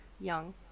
young